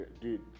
dude